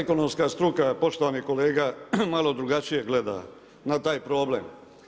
Ekonomska struka poštovani kolega, malo drugačije gleda, na taj problem.